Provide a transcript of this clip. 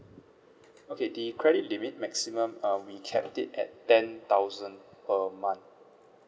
okay the credit limit maximum uh we capped it at ten thousand per month